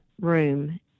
room